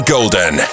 Golden